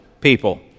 people